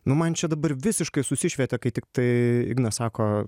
nu man čia dabar visiškai nusišvietė kai tiktai ignas sako